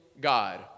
God